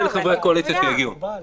תודיע לחברי הקואליציה כדי שיגיעו.